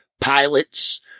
pilots